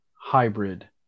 hybrid